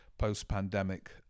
post-pandemic